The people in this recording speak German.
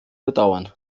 bedauern